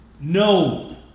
No